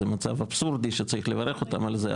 זה מצב אבסורדי שצריך לברך אותם על זה,